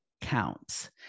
counts